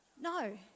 No